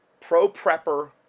pro-prepper